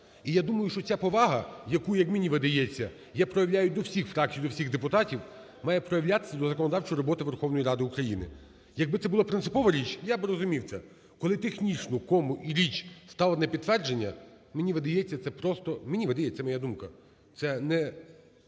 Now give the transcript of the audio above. І я думаю, що ця повага, яку, як мені видається, я проявляю до всіх фракцій, до всіх депутатів, має проявлятися до законодавчої роботи Верховної Ради України. Якби це була принципова річ, я би зрозумів це. Коли технічну кому і річ ставити на підтвердження, мені видається, це просто, мені видається, моя думка, це не